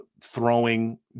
Throwing